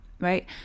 Right